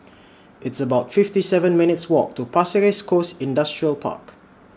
It's about fifty seven minutes' Walk to Pasir Ris Coast Industrial Park